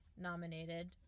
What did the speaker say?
nominated